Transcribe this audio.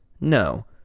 No